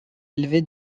élevé